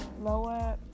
lower